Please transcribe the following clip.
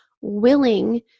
willing